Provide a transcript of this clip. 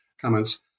comments